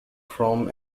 from